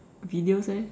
videos eh